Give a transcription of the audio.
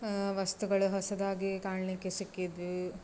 ವಸ್ತುಗಳು ಹೊಸದಾಗಿ ಕಾಣಲಿಕ್ಕೆ ಸಿಕ್ಕಿದ್ದವು